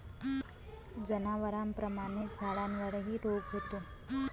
जनावरांप्रमाणेच झाडांनाही रोग होतो